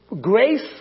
Grace